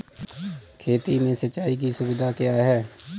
खेती में सिंचाई की सुविधा क्या है?